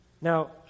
Now